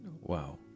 wow